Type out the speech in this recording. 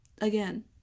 again